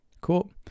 Cool